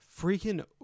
Freaking